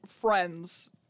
friends